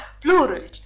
plural